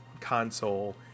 console